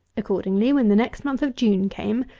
accordingly, when the next month of june came,